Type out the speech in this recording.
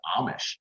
Amish